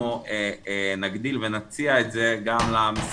אנחנו נגדיל ונציע את מערך ההדרכה הזה גם למשרדים